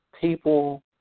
people